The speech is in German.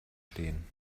stehen